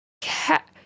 cat